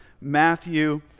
Matthew